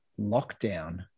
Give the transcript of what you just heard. lockdown